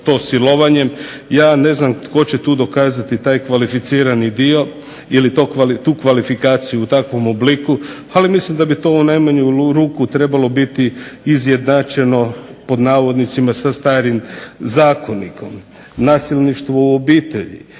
ja ne znam tko će tu dokazati taj kvalificirani dio ili tu kvalifikaciju u tom obliku ali mislim da bi to u najmanju ruku trebalo biti "izjednačeno" sa starim zakonikom. Nasilništvo u obitelji,